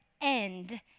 end